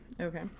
Okay